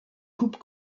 coupe